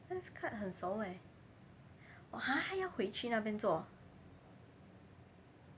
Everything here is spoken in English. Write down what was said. Lenskart 很熟耶哈他要回去那边做啊